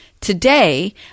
Today